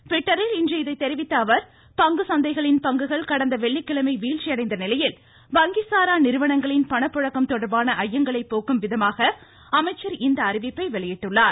ட்விட்டரில் இன்று இதை தெரிவித்த அவர் பங்கு சந்தைகளின் பங்குகள் கடந்த வெள்ளிக்கிழமை வீழ்ச்சியடைந்த நிலையில் வங்கி சாரா நிறுவனங்களின் பணப்புழக்கம் தொடர்பான ஐயங்களை போக்கும் விதமாக அமைச்சர் இந்த அறிவிப்பை வெளியிட்டுள்ளார்